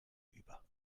über